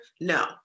No